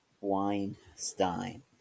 Weinstein